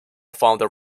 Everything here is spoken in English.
founder